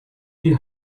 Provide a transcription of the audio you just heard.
die